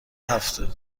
هفته